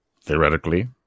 Theoretically